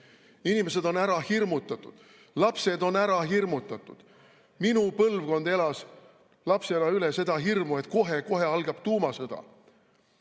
Inimesed on ära hirmutatud, lapsed on ära hirmutatud. Minu põlvkond elas lapsena üle seda hirmu, et kohe-kohe algab tuumasõda.